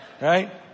Right